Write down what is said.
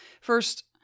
first